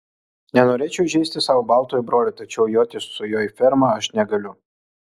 nenorėčiau įžeisti savo baltojo brolio tačiau joti su juo į fermą aš negaliu